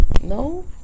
No